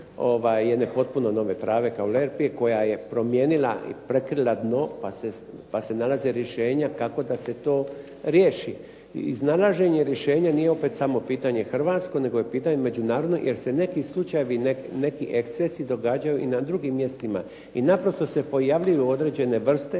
jedne potpuno nove trave kaulerpa koja je promijenila i prekrila dno pa se nalaze rješenja kako da se to riješi. Iznalaženje rješenja nije opet samo pitanje hrvatsko, nego je pitanje međunarodno jer se neki slučajevi, neki ekscesi događaju i na drugim mjestima i naprosto se pojavljuju određene vrste